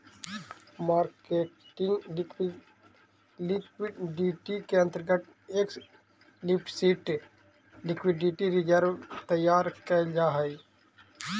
marketing liquidity के अंतर्गत explicit liquidity reserve तैयार कैल जा हई